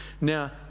now